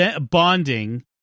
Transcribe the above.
bonding